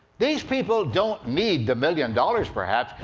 these people don't need the million dollars perhaps,